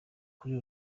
kuri